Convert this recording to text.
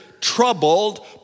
troubled